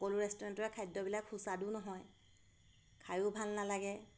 সকলো ৰেষ্টুৰেণ্টৰ খাদ্যবিলাক সুস্বাদুও নহয় খায়ো ভাল নালাগে